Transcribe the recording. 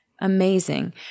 amazing